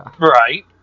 Right